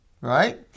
right